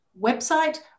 website